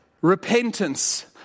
repentance